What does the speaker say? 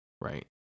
right